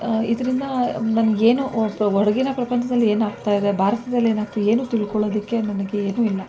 ಇದರಿಂದ ನನಗೇನು ಹೊರಗಿನ ಪ್ರಪಂಚದಲ್ಲೇನು ಆಗ್ತಾಯಿದೆ ಭಾರತದಲ್ಲೇನು ಆಗ್ತಿದೆ ಏನೂ ತಿಳ್ಕೊಳ್ಳೋದಕ್ಕೆ ನನಗೇನೂ ಇಲ್ಲ